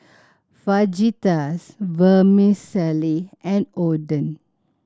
Fajitas Vermicelli and Oden